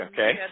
Okay